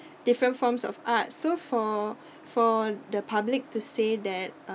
different forms of art so for for the public to say that uh